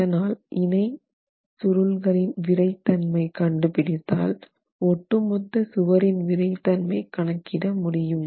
அதனால் இணை மற்றும் தொடர் சுருள்களின் விறை தன்மை கண்டுபிடித்தால் ஒட்டுமொத்த சுவரின் விறைதன்மை கணக்கிட முடியும்